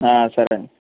సరే అండి